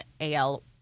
AL